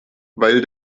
weil